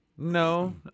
No